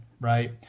right